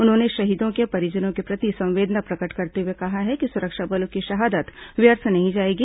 उन्होंने शहीदों को परिजनों के प्रति संवेदना प्रकट करते हुए कहा है कि सुरक्षा बलों की शहादत व्यथ नहीं जाएगी